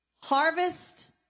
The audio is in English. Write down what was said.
Harvest